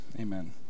Amen